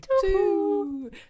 two